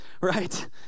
Right